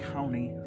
County